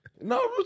no